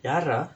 யாருடா:yaarudaa